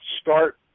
start